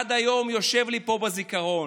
שעד היום יושב לי פה בזיכרון.